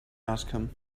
outcome